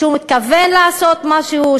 שהוא מתכוון לעשות משהו,